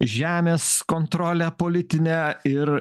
žemės kontrolę politinę ir